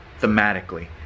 thematically